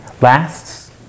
lasts